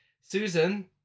Susan